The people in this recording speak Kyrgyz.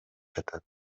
жатат